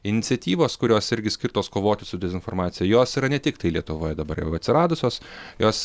iniciatyvos kurios irgi skirtos kovoti su dezinformacija jos yra ne tiktai lietuvoje dabar jau atsiradusios jos